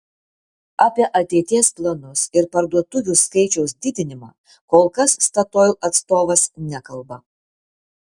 apie ateities planus ir parduotuvių skaičiaus didinimą kol kas statoil atstovas nekalba